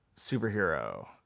superhero